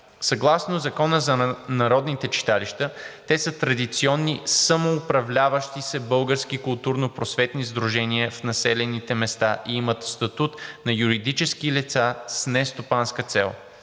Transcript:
съгласно Закона за народните читалища те са традиционни самоуправляващи се български културно-просветни сдружения в населените места и имат статут на юридически лица с нестопанска цел.